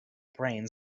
brains